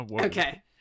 Okay